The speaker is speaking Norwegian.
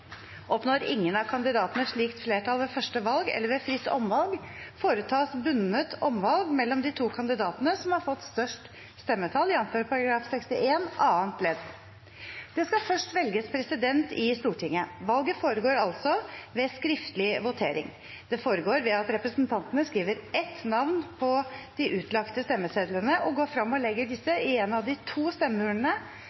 Oppnår ingen av kandidatene slikt flertall ved første valg eller ved fritt omvalg, foretas bundet omvalg mellom de to kandidatene som har fått størst stemmetall, jf. § 61 annet ledd.» Det skal først velges president i Stortinget. Valget foregår altså ved skriftlig votering. Det foregår ved at representantene skriver ett navn på de utlagte stemmesedlene og går frem og legger disse